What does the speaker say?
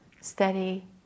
steady